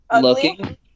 looking